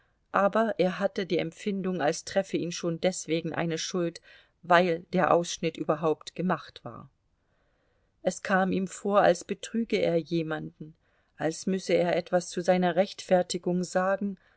aber er hatte die empfindung als treffe ihn schon deswegen eine schuld weil der ausschnitt überhaupt gemacht war es kam ihm vor als betrüge er jemanden als müsse er etwas zu seiner rechtfertigung sagen